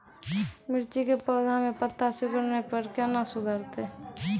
मिर्ची के पौघा मे पत्ता सिकुड़ने पर कैना सुधरतै?